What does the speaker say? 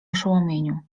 oszołomieniu